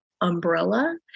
umbrella